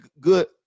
good